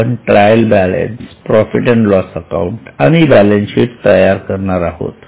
आपण आता trial balance profit and loss account आणि बॅलन्स शीट तयार करणार आहोत